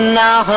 now